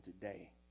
today